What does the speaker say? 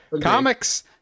comics